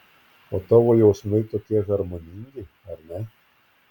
o tavo jausmai tokie harmoningi ar ne